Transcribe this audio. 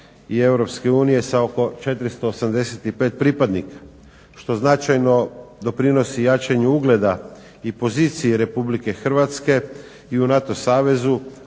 unije sa oko 485 pripadnika što značajno doprinosi jačanju ugleda i pozicije Republike Hrvatske i u NATO savezu,